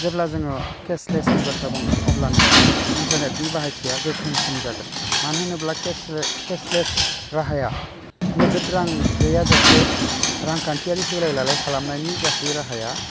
जेब्ला जों केसलेसनि बाथ्रा बुंगोन अब्लानो इन्टारनेटनि बाहायथिया गोख्रोंसिनजागोन मानो होनोब्ला केस केसलेकस राहाया नोगोद रां गैया जासे रांखान्थियारि होलाय लालाय खालामानायनि गासै राहाया